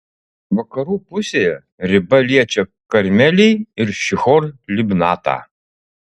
vakarų pusėje riba liečia karmelį ir šihor libnatą